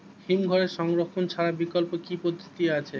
হিমঘরে সংরক্ষণ ছাড়া বিকল্প কি পদ্ধতি আছে?